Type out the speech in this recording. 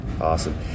Awesome